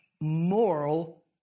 moral